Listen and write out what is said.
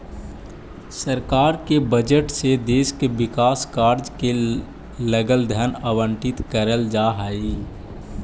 सरकार के बजट से देश के विकास कार्य के लगल धन आवंटित करल जा हई